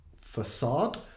facade